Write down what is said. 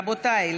רבותיי,